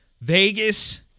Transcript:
Vegas